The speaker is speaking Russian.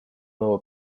новый